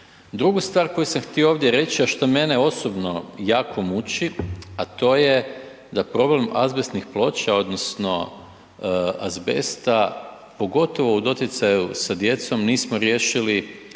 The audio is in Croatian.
Drugu stvar koju sam htio ovdje reći, a što mene osobno jako muči, a to je da problem azbestnih ploča odnosno azbesta, pogotovo u doticaju sa djecom nismo riješili ne